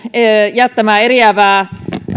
jättämää eriävää mielipidettä